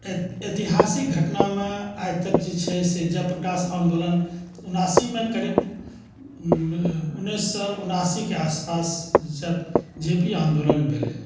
ऐतिहासिक घटनामे आई तक जे छै से जयप्रकाश आन्दोलन उनासीमे करीब उन्नैस सए उनासीके आसपास जे पी आन्दोलन भेलै